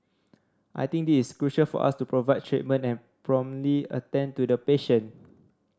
I think this crucial for us to provide treatment and promptly attend to the patient